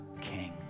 King